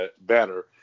better